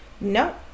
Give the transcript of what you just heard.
No